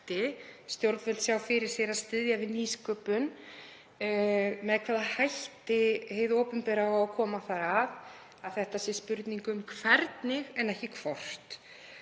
stjórnvöld sjá fyrir sér að styðja við nýsköpun, með hvaða hætti hið opinbera á að koma þar að, að þetta sé spurning um hvernig en ekki hvort.